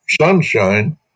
sunshine